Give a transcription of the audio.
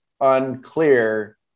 unclear